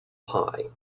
pie